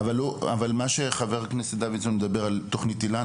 מה שחבר הכנסת דוידסון מדבר על תוכנית היל"ה,